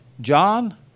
John